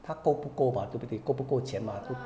他够不够吧对不对够不够钱吗对